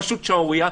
פשוט שערורייה.